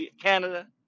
Canada